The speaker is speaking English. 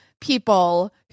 people